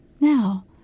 Now